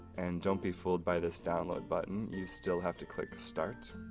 and don't be fooled by this download button, you still have to click start.